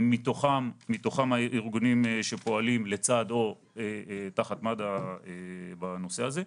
מתוכם הארגונים שפועלים לצד או תחת מד"א בנושא הזה.